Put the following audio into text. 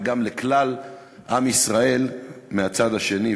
וגם לכלל עם ישראל מהצד השני,